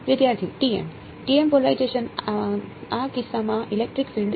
વિદ્યાર્થી TM TM polarisation આ કિસ્સામાં ઇલેક્ટ્રિક ફીલ્ડ શું છે